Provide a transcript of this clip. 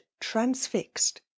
transfixed